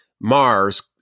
mars